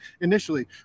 initially